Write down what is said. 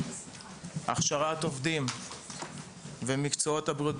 הכשרת עובדים ומקצועות הבריאות,